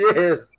Yes